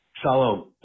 Shalom